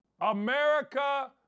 America